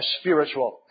spiritual